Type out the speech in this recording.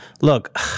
look